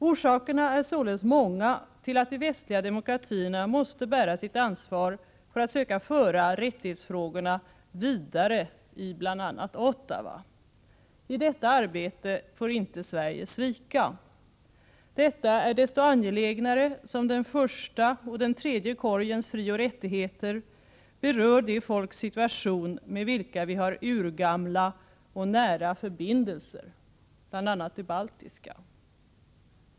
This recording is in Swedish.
Orsakerna är således många till att de väsentliga demokratierna måste bära sitt ansvar för att söka föra rättighetsfrågorna vidare i bl.a. Ottawa. I detta arbete får inte Sverige svika. Detta är desto angelägnare som den första och den tredje korgens frioch rättigheter berör de folks situation med vilka vi har urgamla och nära förbindelser, bl.a. de baltiska.